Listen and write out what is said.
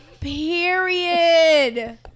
Period